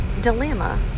dilemma